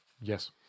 Yes